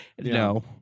No